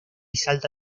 salta